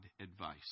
advice